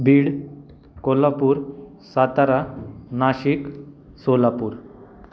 Beed Kolhapur Satara Nashik Solapur